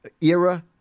era